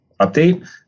update